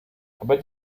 aber